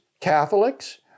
Catholics